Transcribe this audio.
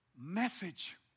message